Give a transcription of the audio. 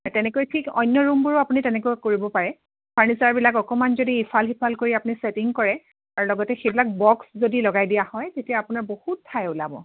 তেনেকৈ ঠিক অন্য ৰুমবোৰো আপুনি তেনেকৈ কৰিব পাৰে ফাৰ্নিচাৰবিলাক অকণমান যদি ইফাল সিফাল কৰি আপুনি চেটিং কৰে আৰু লগতে সেইবিলাক বক্স যদি লগাই দিয়া হয় তেতিয়া আপোনাৰ বহুত ঠাই ওলাব